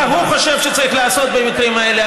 מה הוא חושב שצריך לעשות במקרים האלה,